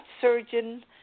surgeon